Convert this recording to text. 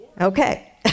Okay